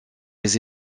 les